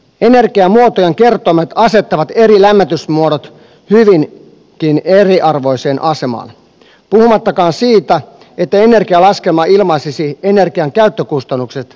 energiamuotojen kertoimet asettavat eri lämmitysmuodot hyvinkin eriarvoiseen asemaan puhumattakaan siitä että energialaskelma ilmaisisi energian käyttökustannukset oikein